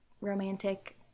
romantic